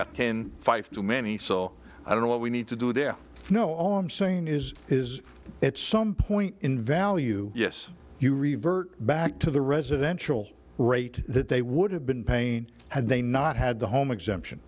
got ten five too many so i don't know what we need to do there you know all i'm saying is is at some point in value yes you revert back to the residential rate that they would have been paying had they not had the home exemption